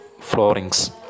Floorings